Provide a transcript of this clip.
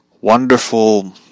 wonderful